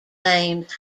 names